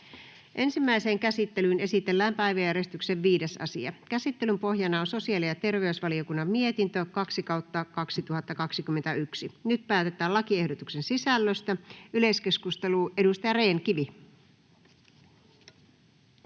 Ensimmäiseen käsittelyyn esitellään päiväjärjestyksen 5. asia. Käsittelyn pohjana on sosiaali- ja terveysvaliokunnan mietintö StVM 2/2021 vp. Nyt päätetään lakiehdotuksen sisällöstä. — Edustaja Rehn-Kivi.